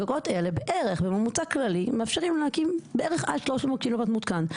גגות אלה בערך בממוצע כללי מאפשרים להקים בערך עד 300 קילוואט מותקן.